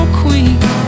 queen